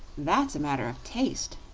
that's a matter of taste,